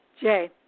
Jay